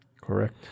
Correct